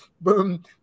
boom